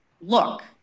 look